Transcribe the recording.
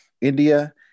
India